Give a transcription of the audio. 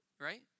right